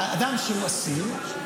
אדם שהוא אסיר,